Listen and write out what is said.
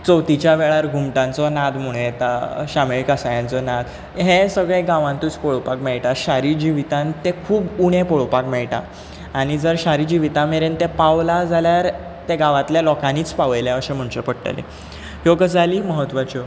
चवथीच्या वेळार घुमटांचो नाद म्हणूं येता शामेळ कासाळ्यांचो नाद हें सगळें गांवांतूच पळोवपाक मेळटा शारी जिवितान तें खूब उणें पळोवपाक मेळटा आनी जर शारी जिविता मेरेन तें पावलां जाल्यार तें गांवांतल्या लोकांनीच पावयलां अशें म्हणचें पडटलें ह्यो गजाली म्हत्वाच्यो